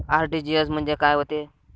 RTGS म्हंजे काय होते?